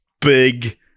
big